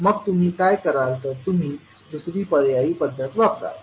मग तुम्ही काय कराल तर तुम्ही दुसरी पर्यायी पध्दत वापराल